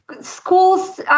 schools